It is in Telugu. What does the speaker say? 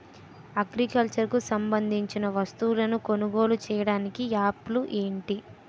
అగ్రికల్చర్ కు సంబందించిన వస్తువులను కొనుగోలు చేయటానికి యాప్లు ఏంటి?